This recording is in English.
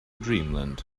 dreamland